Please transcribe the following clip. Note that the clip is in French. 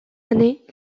années